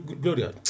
Gloria